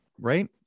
right